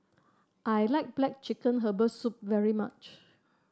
I like black chicken Herbal Soup very much